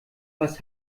was